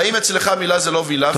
והאם אצלך מילה זו לא מילה,